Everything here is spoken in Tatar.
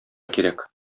кирәк